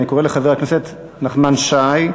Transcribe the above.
אני קורא לחבר הכנסת נחמן שי,